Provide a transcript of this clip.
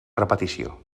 repetició